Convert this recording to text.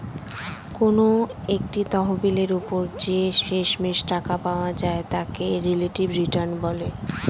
কোনো একটা তহবিলের ওপর যে শেষমেষ টাকা পাওয়া যায় তাকে রিলেটিভ রিটার্ন বলে